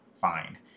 Fine